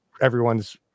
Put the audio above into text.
everyone's